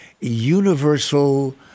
universal